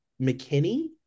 McKinney